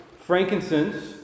Frankincense